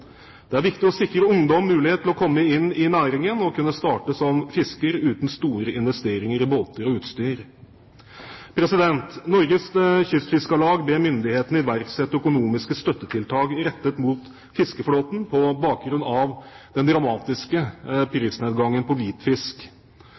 Det er viktig å sikre ungdom mulighet til å komme inn i næringen og kunne starte som fisker uten store investeringer i båter og utstyr. Norges Kystfiskarlag ber myndighetene iverksette økonomiske støttetiltak rettet mot fiskeflåten på bakgrunn av den dramatiske